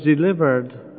delivered